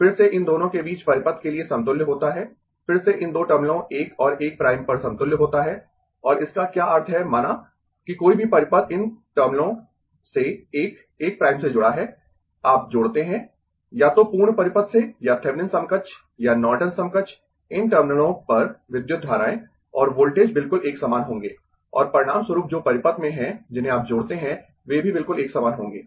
फिर से इन दोनों के बीच परिपथ के लिए समतुल्य होता है फिर से इन दो टर्मिनलों 1 और 1 प्राइम पर समतुल्य होता है और इसका क्या अर्थ है माना कि कोई भी परिपथ इन टर्मिनलों से 1 1 प्राइम से जुड़ा है आप जोड़ते है यातो पूर्ण परिपथ से या थेविनिन समकक्ष या नॉर्टन समकक्ष इन टर्मिनलों पर विद्युत धाराएं और वोल्टेज बिल्कुल एक समान होंगें और परिणामस्वरूप जो परिपथ में हैं जिन्हें आप जोड़ते है वे भी बिल्कुल एक समान होंगें